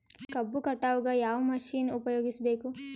ಕಬ್ಬು ಕಟಾವಗ ಯಾವ ಮಷಿನ್ ಉಪಯೋಗಿಸಬೇಕು?